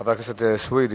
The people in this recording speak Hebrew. חבר הכנסת סוייד,